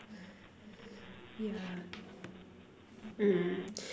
yeah mm